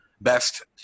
best